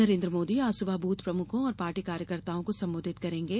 नरेन्द्र मोदी आज सुबह बूथ प्रमुखों और पार्टी कार्यकर्ताओं को सम्बोधित करेंगे